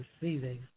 receiving